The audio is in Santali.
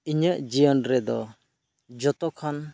ᱤᱧᱟᱹᱜ ᱡᱤᱭᱚᱱ ᱨᱮᱫᱚ ᱡᱚᱛᱚ ᱠᱷᱚᱱ